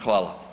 Hvala.